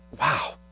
Wow